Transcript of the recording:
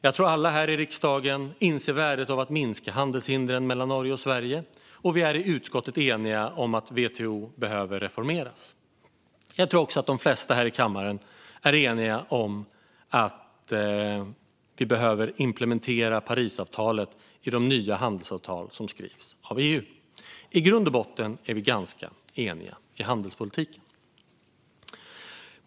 Jag tror att alla här i riksdagen inser värdet av att minska handelshindren mellan Norge och Sverige, och vi är i utskottet eniga om att WTO behöver reformeras. Jag tror också att de flesta här i kammaren är eniga om att vi behöver implementera Parisavtalet i de nya handelsavtal som skrivs av EU. I grund och botten är vi ganska eniga i handelspolitiken.